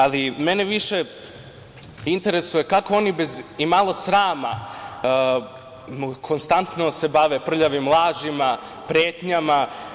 Ali, mene više interesuje kako oni bez imalo srama konstantno se bave prljavim lažima, pretnjama?